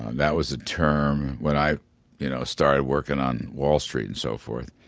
that was the term when i you know started working on wall street and so forth.